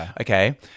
Okay